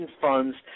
funds